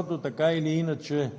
защото така или иначе